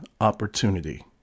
opportunity